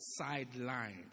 sidelined